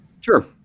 Sure